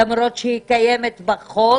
למרות שהיא קיימת בחוק